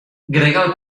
gregal